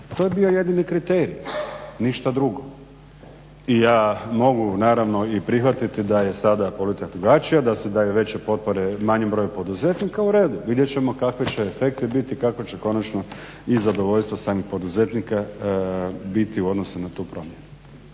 To je bio jedini kriterij, ništa drugo. I ja mogu naravno i prihvatiti da je sada politika drugačija, da se daju veće potpore manjem broju poduzetnika, u redu, vidjet ćemo kakvi će efekti biti i kako će konačno i zadovoljstvo samih poduzetnika biti u odnosu na tu promjenu.